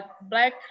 black